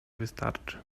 wystarczy